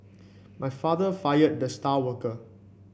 my father fired the star worker